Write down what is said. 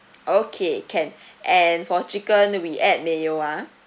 okay can and for chicken we add mayo~ ah